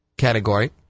category